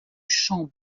champ